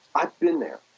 i've been there.